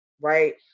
Right